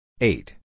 Eight